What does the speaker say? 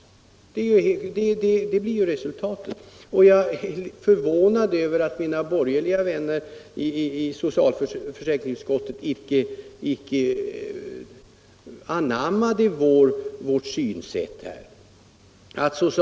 Jag är förvånad över att mina borgerliga vänner i socialförsäkringsutskottet icke anammat vårt synsätt på denna punkt.